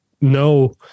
no